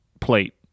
plate